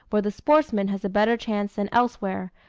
where the sportsman has a better chance than elsewhere,